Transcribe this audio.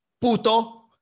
puto